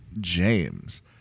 James